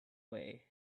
way